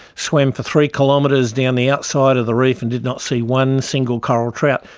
swam for three kilometres down the outside of the reef and did not see one single coral trout.